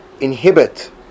inhibit